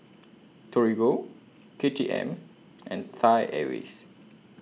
Torigo K T M and Thai Airways